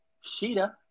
Sheeta